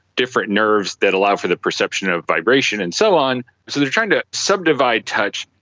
different nerves that allow for the perception of vibration and so on. so they are trying to subdivide touch,